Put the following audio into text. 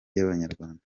y’abanyarwanda